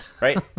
right